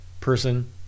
person